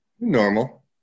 Normal